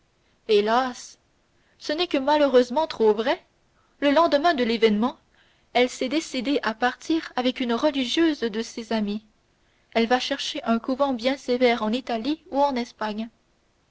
hélas ce n'est que malheureusement trop vrai le lendemain de l'événement elle s'est décidée à partir avec une religieuse de ses amies elle va chercher un couvent bien sévère en italie ou en espagne